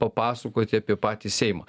papasakoti apie patį seimą